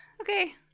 Okay